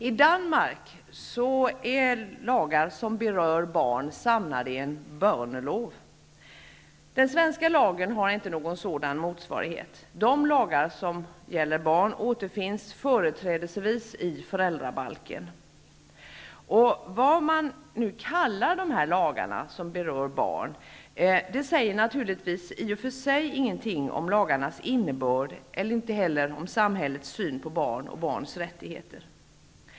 I Danmark är lagar som berör barn samlade i en b rnelov. I den svenska lagstiftningen finns ingen sådan motsvarighet. De lagar som gäller barn återfinns företrädesvis i föräldrabalken. Vad man kallar de lagar som berör barn säger naturligtvis i och för sig ingenting om lagarnas innebörd eller om samhällets syn på barn och barns rättigheter.